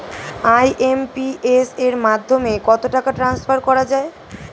IMPS এর মাধ্যমে কত টাকা ট্রান্সফার করা যায়?